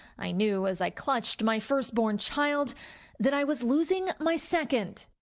i knew as i clutched my firstborn child that i was losing my second.